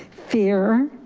fear,